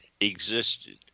existed